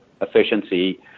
efficiency